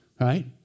Right